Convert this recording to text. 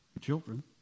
children